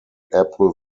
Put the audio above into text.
apple